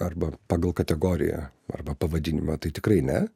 arba pagal kategoriją arba pavadinimą tai tikrai ne